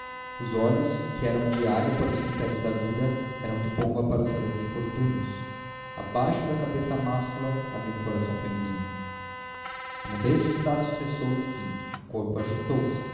os olhos que eram de águia para os mistérios da vida eram de pomba para os grandes infortúnios abaixo da cabeça máscula havia um coração feminino a mudez de estácio cessou enfim o corpo agitou-se